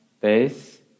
base